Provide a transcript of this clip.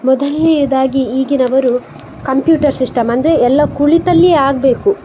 ಮೊದಲ್ನೇದಾಗಿ ಈಗಿನವರು computer system ಅಂದರೆ ಎಲ್ಲಾ ಕುಳಿತಲ್ಲಿಯೆ ಆಗಬೇಕು